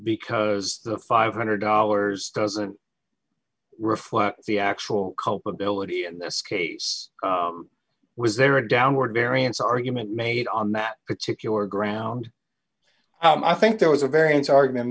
because the five hundred dollars doesn't reflect the actual culpability in this case was there a downward variance argument made on that particular ground i think there was a variance argument